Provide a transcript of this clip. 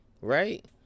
right